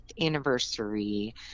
anniversary